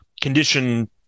condition